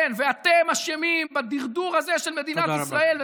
כן, ואתם אשמים בדרדור הזה של מדינת ישראל.